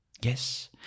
Yes